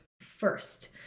first